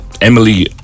Emily